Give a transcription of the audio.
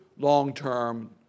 long-term